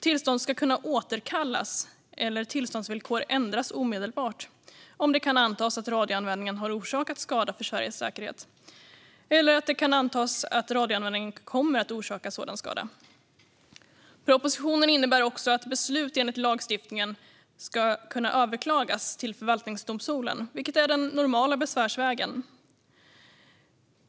Tillstånd ska kunna återkallas eller tillståndsvillkor ändras omedelbart om det kan antas att radioanvändningen har orsakat skada för Sveriges säkerhet eller om det kan antas att radioanvändningen kommer att orsaka sådan skada. Propositionen innebär också att beslut enligt lagstiftningen ska kunna överklagas till förvaltningsdomstolen, vilket är den normala besvärsvägen.